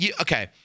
okay